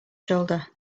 shoulder